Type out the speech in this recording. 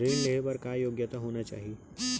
ऋण लेहे बर का योग्यता होना चाही?